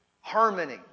Harmony